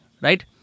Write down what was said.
right